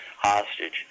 hostage